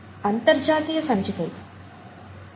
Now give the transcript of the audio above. అంతర్జాతీయ సంచిక ఇది